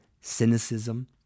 cynicism